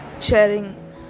sharing